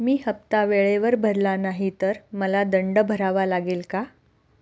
मी हफ्ता वेळेवर भरला नाही तर मला दंड भरावा लागेल का?